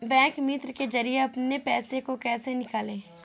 Bank मित्र के जरिए अपने पैसे को कैसे निकालें?